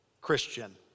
Christian